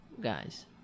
guys